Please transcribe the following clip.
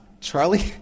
Charlie